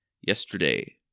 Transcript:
yesterday